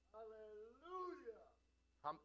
Hallelujah